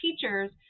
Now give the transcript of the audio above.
teachers